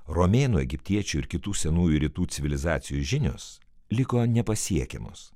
romėnų egiptiečių ir kitų senųjų rytų civilizacijų žinios liko nepasiekiamos